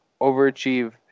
overachieve